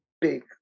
big